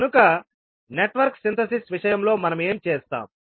కనుక network synthesis విషయంలో మనం ఏమి చేస్తాం